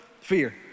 fear